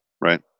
right